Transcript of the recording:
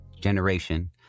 Generation